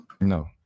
No